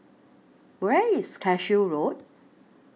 Where IS Cashew Road